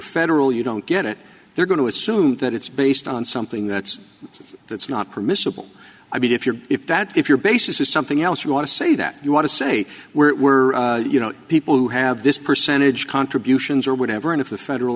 you're federal you don't get it they're going to assume that it's based on something that's that's not permissible i mean if you're if that if your basis is something else you want to say that you want to say we're you know people who have this percentage contributions or whatever and if the federal